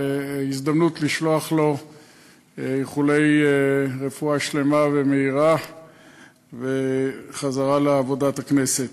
זו הזדמנות לשלוח לו איחולי רפואה שלמה ומהירה וחזרה לעבודת הכנסת.